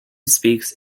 speaks